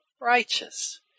righteous